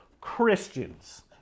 Christians